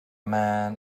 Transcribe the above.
man